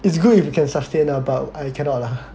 is good if you can sustain lah but I cannot lah